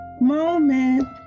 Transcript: moment